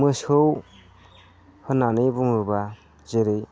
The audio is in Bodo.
मोसौ होननानै बुङोबा जेरै